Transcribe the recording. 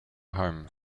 home